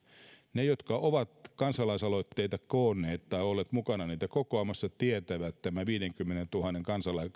ne jotka ovat kansalaisaloitteita koonneet tai olleet mukana niitä kokoamassa tietävät että tämä viidenkymmenentuhannen